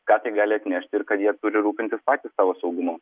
ką tai gali atnešti ir kad jie turi rūpintis patys savo saugumu